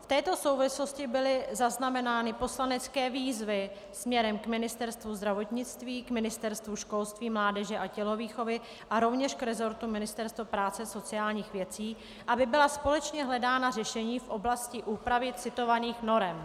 V této souvislosti byly zaznamenány poslanecké výzvy směrem k Ministerstvu zdravotnictví, k Ministerstvu školství, mládeže a tělovýchovy a rovněž k resortu Ministerstva práce a sociálních věcí, aby byla společně hledána řešení v oblasti úpravy citovaných norem.